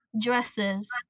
dresses